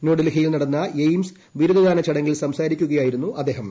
ന്യൂഡൽഹിയിൽ നടന്ന എയിംസ് ബിരുദ ദാനചടങ്ങിൽ സംസാരിക്കുകയായിരുന്നു അദ്ദേഹം